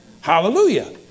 Hallelujah